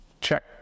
check